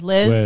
Liz